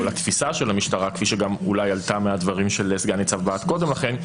לתפיסה של המשטרה כפי שאולי עלתה מהדברים של סגן ניצב בהט קודם לכן,